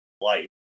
life